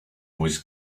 was